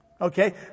Okay